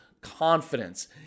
confidence